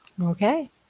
Okay